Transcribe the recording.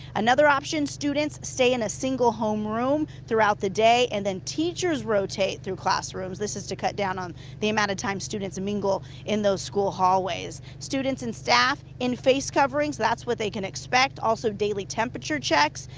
another option students stay in a single home roam throughout the day and then teachers rotate through classrooms, this is to cut down on the amount of time students mingle in those school hallways students and staff in face coverings that's what they can expect also daily temperature checks,